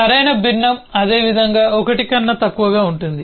సరైన భిన్నం అదేవిధంగా 1 కన్నా తక్కువ ఉంటుంది